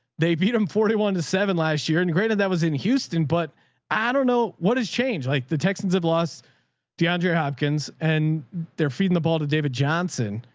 they beat them forty one to seven last year. and granted that was in houston, but i don't know what has changed. like the texans have lost deandre hopkins and they're feeding the ball to david johnson.